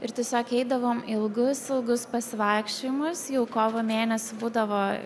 ir tiesiog eidavom ilgus ilgus pasivaikščiojimus jau kovo mėnesį būdavo